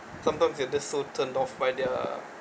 sometimes they just so turn off by their